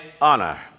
honor